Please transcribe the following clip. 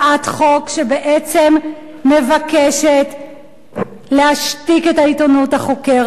חוק שבעצם מבקשת להשתיק את העיתונות החוקרת,